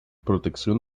protección